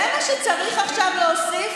זה מה שצריך עכשיו להוסיף?